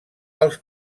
als